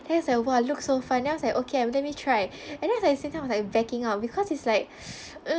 then it's like !wah! I look so fun then I was like okay let me try and then as I sitting down I was like backing out because it's like mm